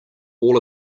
all